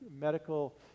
medical